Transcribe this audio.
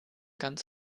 ganz